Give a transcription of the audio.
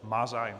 Má zájem.